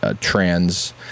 trans